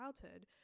childhood